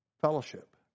Fellowship